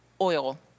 oil